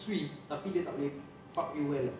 sweet tapi dia tak boleh fuck you well ah